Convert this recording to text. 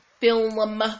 Film